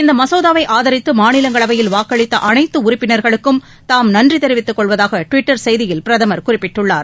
இந்த மசோதாவை ஆதரித்து மாநிலங்களவையில் வாக்களித்த அனைத்து உறுப்பினர்களுக்கும் தாம் நன்றி தெரிவித்துக் கொள்வதாக ட்விட்டர் செய்தியில் பிரதமர் குறிப்பிட்டுள்ளார்